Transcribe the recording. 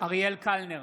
אריאל קלנר,